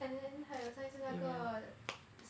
and then 还有上一次那个